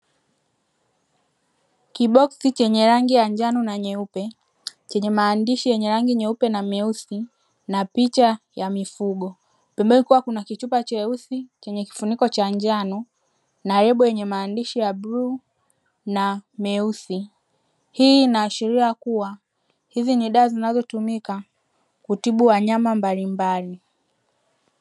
Kiboksi chenye rangi ya njano na nyeupe; chenye maandishi yenye rangi nyeupe na nyeusi na picha ya mifugo. Pembeni kukiwa kuna kichupa cheusi chenye kifuniko cha njano na lebo yenye maandishi ya bluu na meusi. Hii inaashiria kuwa hizi ni dawa zinazotumika kutibu wanyama mbalimbali.